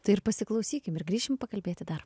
tai ir pasiklausykim ir grįšim pakalbėti dar